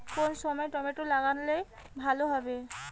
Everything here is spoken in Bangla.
কোন সময় টমেটো লাগালে ভালো হবে?